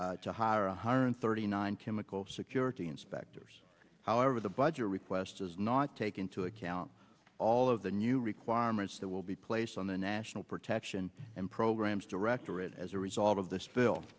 funding to hire one hundred thirty nine chemical security inspectors however the budget request does not take into account all of the new requirements that will be placed on the national protection and programs directorate as a result of this bil